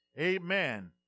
Amen